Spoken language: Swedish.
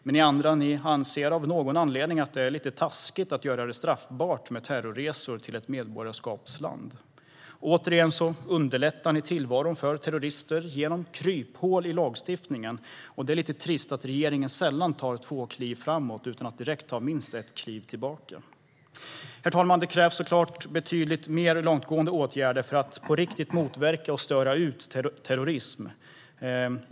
Men ni andra anser av någon anledning att det är lite taskigt att göra det straffbart med terrorresor till ett medborgarskapsland. Återigen underlättar ni tillvaron för terrorister genom kryphål i lagstiftningen. Det är lite trist att regeringen sällan tar två kliv fram utan att direkt ta minst ett kliv tillbaka. Herr talman! Det krävs såklart betydligt mer långtgående åtgärder för att på riktigt motverka och störa ut terrorism.